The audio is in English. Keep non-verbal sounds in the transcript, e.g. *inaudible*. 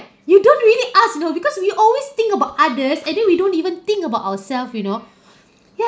you don't really ask you know because we always think about others and then we don't even think about ourselves you know *breath* ya